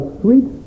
sweet